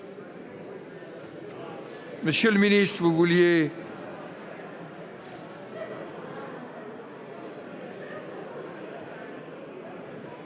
Monsieur le ministre, vous aviez